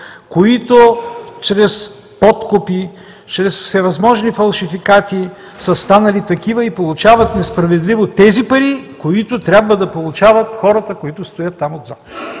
които чрез подкупи, чрез всевъзможни фалшификати са станали такива и получават несправедливо тези пари, които трябва да получават хората, които стоят там отзад.